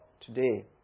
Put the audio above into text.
today